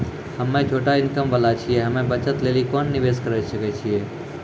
हम्मय छोटा इनकम वाला छियै, हम्मय बचत लेली कोंन निवेश करें सकय छियै?